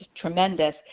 tremendous